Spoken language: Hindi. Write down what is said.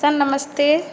सर नमस्ते